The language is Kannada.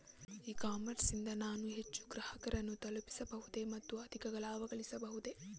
ಇ ಕಾಮರ್ಸ್ ನಿಂದ ನಾನು ಹೆಚ್ಚು ಗ್ರಾಹಕರನ್ನು ತಲುಪಬಹುದೇ ಮತ್ತು ಅಧಿಕ ಲಾಭಗಳಿಸಬಹುದೇ?